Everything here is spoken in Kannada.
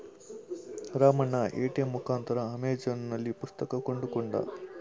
ರಾಮಣ್ಣ ಎ.ಟಿ.ಎಂ ಮುಖಾಂತರ ಅಮೆಜಾನ್ನಲ್ಲಿ ಪುಸ್ತಕ ಕೊಂಡುಕೊಂಡ